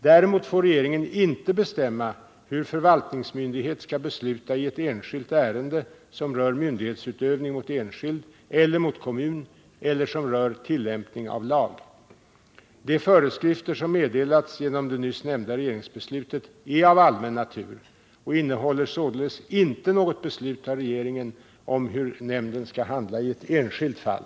Däremot får regeringen inte bestämma hur förvaltningsmyndighet skall besluta i ett enskilt ärende, som rör myndighetsutövning mot enskild eller mot kommun eller som rör tillämpning av lag. De föreskrifter som meddelats genom det nyss nämnda regeringsbeslutet är av allmän natur och innehåller således inte något beslut av regeringen om hur nämnden skall handla i ett enskilt fall.